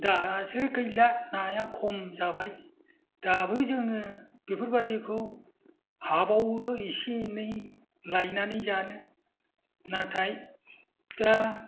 दासो गैला नाया खम जाबाय दाबो जोङो बेफोरबादिखौ हाबावो एसे एनै लायनानै जानो नाथाय दा